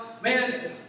man